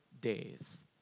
days